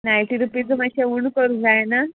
ninety रुपीजू मातशें उणें करूंक जायना